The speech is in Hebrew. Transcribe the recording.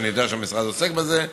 שאני יודע שהמשרד עוסק בזה,